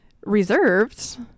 reserved